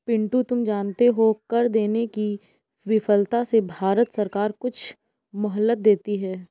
पिंटू तुम जानते हो कर देने की विफलता से भारत सरकार कुछ मोहलत देती है